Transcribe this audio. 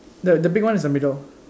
the the big one is the middle